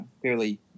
clearly